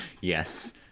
yes